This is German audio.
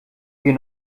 wir